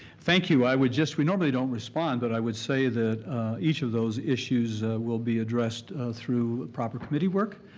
thank you, i would just, we normally don't respond but i would say that each of those issues will be addressed through proper committee work.